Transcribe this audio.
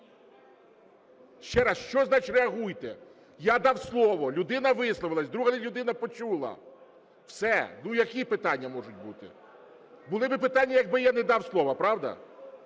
Ще раз, що значить реагуйте? Я дав слово, людина висловилась, друга людина почула, все. Ну які питання можуть бути? Були би питання, якби я не дав слова, правда?